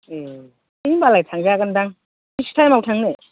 एह है होनबालाय थांजागोन दां बेसे टाइमयाव थांनो